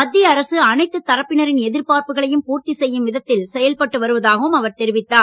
மத்திய அரசு அனைத்து தரப்பினரின் எதிர்பார்ப்புகளையும் பூர்த்தி செய்யும் விதத்தில் செயல்பட்டு வருவதாகவும் அவர் தெரிவித்தார்